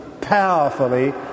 powerfully